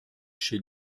chez